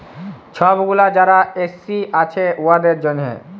ছব গুলা যারা এস.সি আছে উয়াদের জ্যনহে